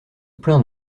plaint